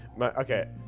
Okay